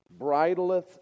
bridleth